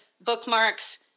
bookmarks